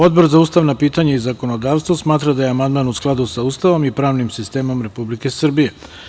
Odbor za ustavna pitanja i zakonodavstvo smatra da je amandman u skladu sa Ustavom i pravnim sistemom Republike Srbije.